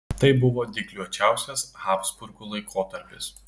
tai buvo dygliuočiausias habsburgų laikotarpis